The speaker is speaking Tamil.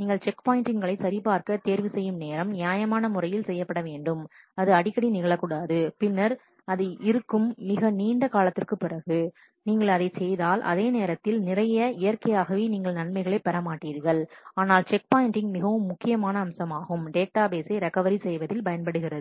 நீங்கள் செக் பாயின்ட்டிங்களை சரிபார்க்க தேர்வு செய்யும் நேரம் நியாயமான முறையில் செய்யப்பட வேண்டும் அது அடிக்கடி நிகழக்கூடாது பின்னர் அது இருக்கும் மிக நீண்ட காலத்திற்குப் பிறகு நீங்கள் அதைச் செய்தால் அதே நேரத்தில் நிறைய இயற்கையாகவே நீங்கள் நன்மைகளைப் பெற மாட்டீர்கள் ஆனால் செக் பாயின்ட்டிங் மிகவும் முக்கியமான அம்சமாகும் டேட்டா பேசை ரெக்கவரி செய்வதில் பயன்படுகிறது